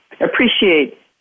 appreciate